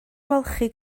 ymolchi